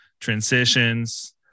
transitions